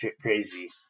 crazy